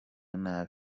nabi